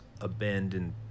abandoned